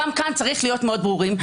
גם כאן צריך להיות מאוד ברורים.